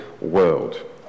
world